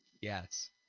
Yes